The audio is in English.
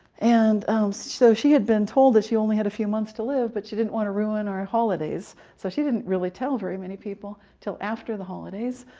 and so she had been told that she only had a few months to live, but she didn't want to ruin our holidays, so she didn't really tell very many people until after the holidays.